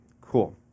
Cool